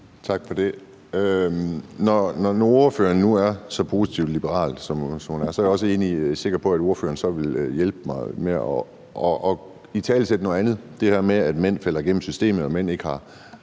Tak for det. Når nu ordføreren er så positivt liberal, som hun er, er jeg også sikker på, at ordføreren vil hjælpe mig med at italesætte noget andet, nemlig det her med at mænd falder igennem systemet og mænd ikke har